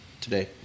today